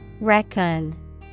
Reckon